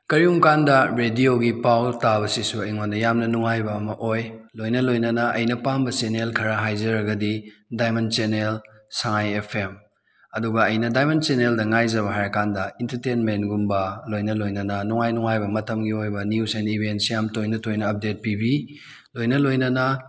ꯀꯔꯤꯒꯨꯝꯕ ꯀꯥꯟꯗ ꯔꯦꯗꯤꯌꯣꯒꯤ ꯄꯥꯎ ꯇꯥꯕꯁꯤꯁꯨ ꯑꯩꯉꯣꯟꯗ ꯌꯥꯝꯅ ꯅꯨꯡꯉꯥꯏꯕ ꯑꯃ ꯑꯣꯏ ꯂꯣꯏꯅ ꯂꯣꯏꯅꯅ ꯑꯩꯅ ꯄꯥꯝꯕ ꯆꯦꯟꯅꯦꯜ ꯈꯔ ꯍꯥꯏꯖꯔꯒꯗꯤ ꯗꯥꯏꯃꯟ ꯆꯦꯟꯅꯦꯜ ꯁꯥꯉꯥꯏ ꯑꯦꯐ ꯑꯦꯝ ꯑꯗꯨꯒ ꯑꯩꯅ ꯗꯥꯏꯃꯟ ꯆꯦꯟꯅꯦꯜꯗ ꯉꯥꯏꯖꯕ ꯍꯥꯏꯔ ꯀꯥꯟꯗ ꯏꯟꯇꯔꯇꯦꯟꯃꯦꯟꯒꯨꯝꯕ ꯂꯣꯏꯅ ꯂꯣꯏꯅꯅ ꯅꯨꯡꯉꯥꯏ ꯅꯨꯡꯉꯥꯏꯕ ꯃꯇꯝꯒꯤ ꯑꯣꯏꯕ ꯅꯤꯌꯨꯁ ꯑꯦꯟ ꯏꯕꯦꯟꯁꯤ ꯌꯥꯝ ꯇꯣꯏꯅ ꯇꯣꯏꯅ ꯎꯞꯗꯦꯗ ꯄꯤꯕꯤ ꯂꯣꯏꯅ ꯂꯣꯏꯅꯅ